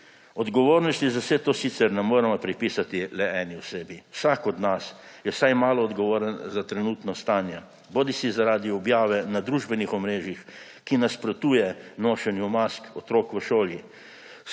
Odgovornosti za vse to sicer ne moremo pripisati le eni osebi. Vsak od nas je vsaj malo odgovoren za trenutno stanje, bodisi zaradi objave na družbenih omrežjih, ki nasprotuje nošenju mask otrok v šoli,